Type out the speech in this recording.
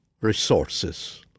resources